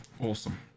Awesome